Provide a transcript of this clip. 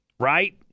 Right